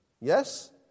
yes